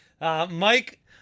Mike